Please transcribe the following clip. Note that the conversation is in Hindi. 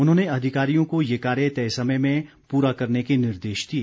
उन्होंने अधिकारियों को ये कार्य तय समय में पूरा करने के निर्देश दिए